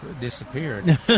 disappeared